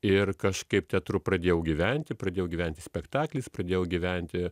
ir kažkaip teatru pradėjau gyventi pradėjau gyventi spektakliais pradėjau gyventi